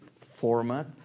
format